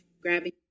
grabbing